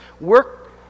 work